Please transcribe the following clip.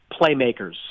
playmakers